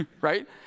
Right